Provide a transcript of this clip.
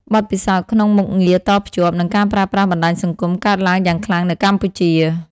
បទពិសោធន៍ក្នុងមុខងារតភ្ជាប់ និងការប្រើប្រាស់បណ្តាញសង្គមកើតឡើងយ៉ាងខ្លាំងនៅកម្ពុជា។